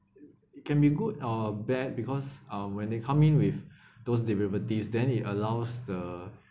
it it can be good or bad because uh when they come in with those derivatives then it allows the